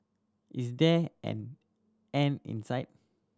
is there an end in sight